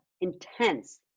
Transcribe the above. intense